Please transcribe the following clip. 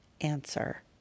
answer